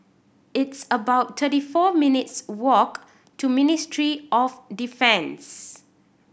it's about thirty four minutes' walk to Ministry of Defence